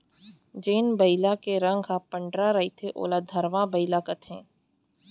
जेन बइला के रंग ह पंडरा रहिथे ओला धंवरा बइला कथें